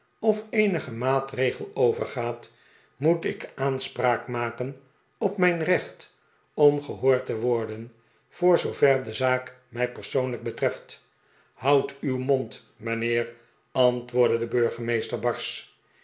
of eenigen raaatregel overgaat moet ik aanspraak maken op mijn recht om gehoord te worden voor zoover de zaak mij persoonlijk betreft houd uw mond mijnheer antwoordde de burgemeester barsch